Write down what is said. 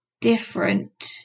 different